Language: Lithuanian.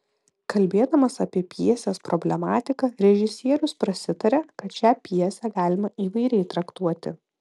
kalbėdamas apie pjesės problematiką režisierius prasitaria kad šią pjesę galima įvairiai traktuoti